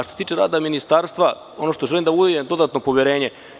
Što se tiče rada Ministarstva, ono što želim da ulijem jeste dodatno poverenje.